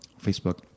Facebook